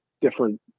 different